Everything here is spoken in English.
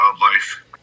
wildlife